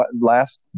last